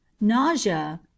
nausea